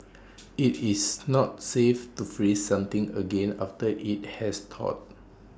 IT is not safe to freeze something again after IT has thawed